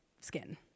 skin